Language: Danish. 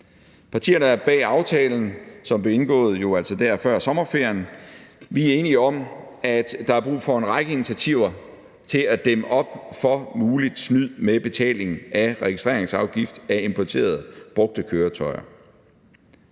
Partierne bag aftalen, som jo altså blev indgået der før sommerferien, er enige om, at der er brug for en række initiativer til at dæmme op for muligt snyd med betaling af registreringsafgift af importerede brugte køretøjer.